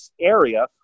area